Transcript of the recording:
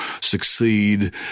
succeed